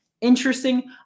interesting